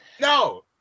No